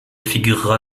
figurera